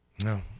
No